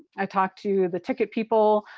i talked to the ticket people.